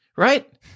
Right